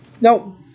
No